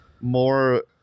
more